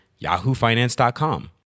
yahoofinance.com